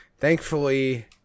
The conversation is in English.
Thankfully